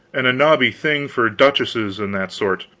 and a nobby thing for duchesses and that sort,